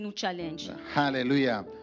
Hallelujah